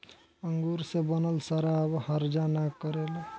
अंगूर से बनल शराब हर्जा ना करेला